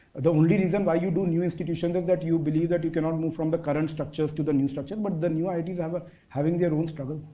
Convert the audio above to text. the only reason why you do new institutions is that you believe that you cannot move from the current structures to the new structure. but the new iits um are having their own struggle.